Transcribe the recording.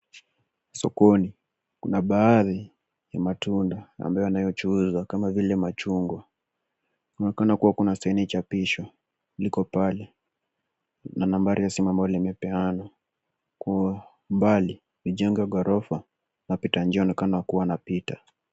Sokoni, kuna baadhi ya matunda ambayo yanayochuuzwa kama vile machungwa. Kunaonekana kuwa kuna saini chapisho, liko pale na nambari ya simu ambalo limepeanwa. Kwa umbali mijengo ya ghorofa, wapita njia wanaonekana wakiwa wanapita.